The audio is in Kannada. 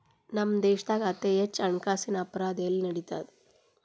ನಮ್ಮ ದೇಶ್ದಾಗ ಅತೇ ಹೆಚ್ಚ ಹಣ್ಕಾಸಿನ್ ಅಪರಾಧಾ ಎಲ್ಲಿ ನಡಿತದ?